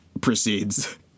proceeds